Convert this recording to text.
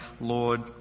Lord